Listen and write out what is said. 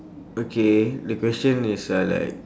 okay the question is uh like